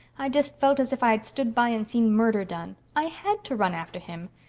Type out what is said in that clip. i just felt as if i had stood by and seen murder done. i had to run after him.